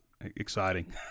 exciting